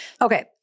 Okay